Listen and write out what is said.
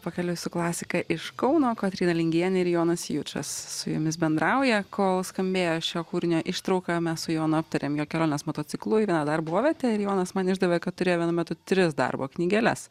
pakeliui su klasika iš kauno kotryna lingienė ir jonas jučas su jumis bendrauja kol skambėjo šio kūrinio ištrauka mes su jonu aptarėm jo keliones motociklu į vieną darbovietę ir jonas man išdavė kad turėjo vienu metu tris darbo knygeles